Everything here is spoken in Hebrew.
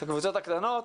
את הקבוצות הקטנות.